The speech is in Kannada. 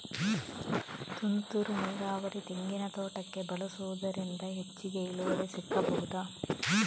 ತುಂತುರು ನೀರಾವರಿ ತೆಂಗಿನ ತೋಟಕ್ಕೆ ಬಳಸುವುದರಿಂದ ಹೆಚ್ಚಿಗೆ ಇಳುವರಿ ಸಿಕ್ಕಬಹುದ?